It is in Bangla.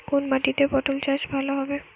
কোন মাটিতে পটল চাষ ভালো হবে?